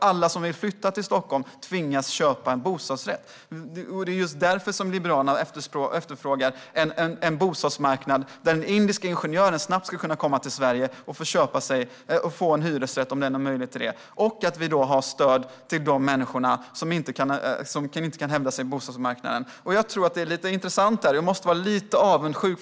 Alla som vill flytta till Stockholm tvingas nämligen att köpa en bostadsrätt. Det är just därför Liberalerna efterfrågar en bostadsmarknad där en indisk ingenjör snabbt ska kunna komma till Sverige och få en hyresrätt om den har möjlighet till det. Vi ska också kunna ge stöd till de människor som inte kan hävda sig på bostadsmarknaden. Nooshi Dadgostar måste vara lite avundsjuk.